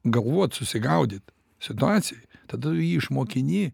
galvot susigaudyt situacijoj tada jį išmokini